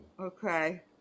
okay